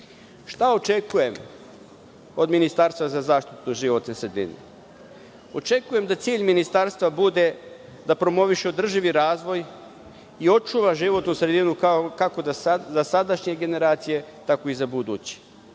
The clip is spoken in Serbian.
očekujem od ministarstva za zaštitu životne sredine? Očekujem da cilj ministarstva bude da promoviše održivi razvoj i očuva životnu sredinu, kako za sadašnje generacije, tako i za buduće;